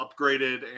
upgraded